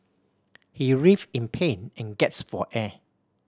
he writhed in pain and gasped for air